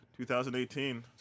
2018